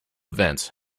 events